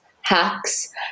hacks